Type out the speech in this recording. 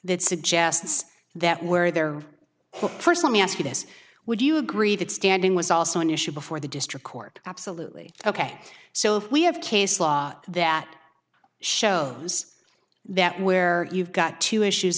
suggests that where there are first let me ask you this would you agree that standing was also an issue before the district court absolutely ok so if we have case law that shows that where you've got two issues